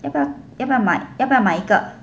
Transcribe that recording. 要不要要不要买要不要买一个